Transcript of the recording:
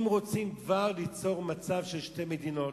אם כבר רוצים ליצור מצב של שתי מדינות,